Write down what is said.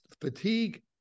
fatigue